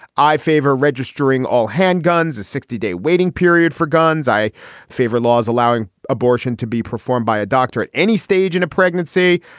i favor registering all handguns a sixty day waiting period for guns i favor laws allowing abortion to be performed by a doctor at any stage in a pregnancy.